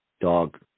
dog